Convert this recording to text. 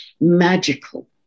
magical